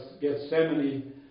Gethsemane